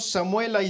Samuel